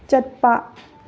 ꯆꯠꯄ